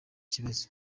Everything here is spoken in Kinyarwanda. kibazo